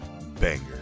banger